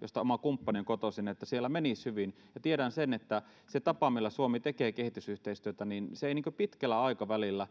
josta oma kumppani on kotoisin ja jossa haluaisi että menisi hyvin ja tiedän että se tapa millä suomi tekee kehitysyhteistyötä ei pitkällä aikavälillä